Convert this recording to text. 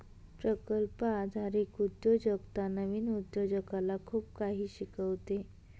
प्रकल्प आधारित उद्योजकता नवीन उद्योजकाला खूप काही शिकवते